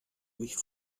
mich